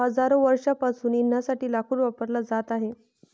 हजारो वर्षांपासून इंधनासाठी लाकूड वापरला जात आहे